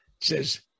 says